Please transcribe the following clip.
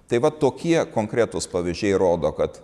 tai vat tokie konkretūs pavyzdžiai rodo kad